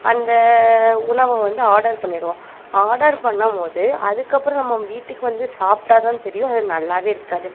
அந்த உணவை வந்து ஆடர் பண்ணிடுவோம் ஆடர் பண்ணபோது அதுக்கப்புறம் நம்ம வீட்டுக்கு வந்து சாப்பிட்டா தான் தெரியும் அது நல்லாவே இருக்காது